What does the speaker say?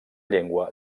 llengua